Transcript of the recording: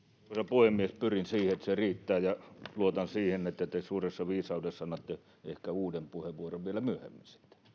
puhemies pyrin siihen että se riittää ja luotan siihen että te suuressa viisaudessanne annatte ehkä uuden puheenvuoron sitten vielä myöhemmin